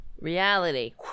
reality